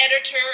editor